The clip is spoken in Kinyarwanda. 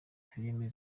filimi